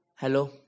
Hello